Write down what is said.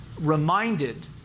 reminded